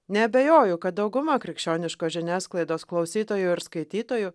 neabejoju kad dauguma krikščioniškos žiniasklaidos klausytojų ir skaitytojų